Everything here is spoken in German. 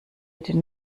den